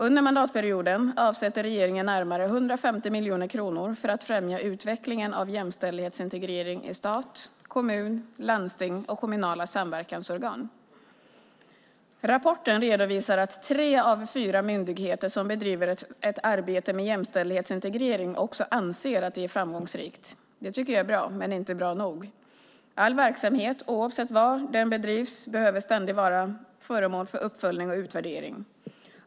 Under mandatperioden avsätter regeringen närmare 150 miljoner kronor för att främja utvecklingen av jämställdhetsintegrering i stat, kommun, landsting och kommunala samverkansorgan. Rapporten redovisar att tre av fyra myndigheter som bedriver ett arbete med jämställdhetsintegrering också anser att det är framgångsrikt. Det tycker jag är bra, men inte bra nog. All verksamhet, oavsett var den bedrivs, behöver ständigt vara föremål för uppföljning och utvärdering.